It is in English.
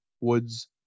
Woods